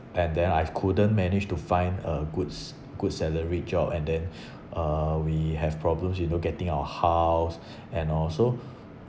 and then I couldn't manage to find a good s~ good salary job and then uh we have problems you know getting our house and all so